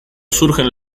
surgen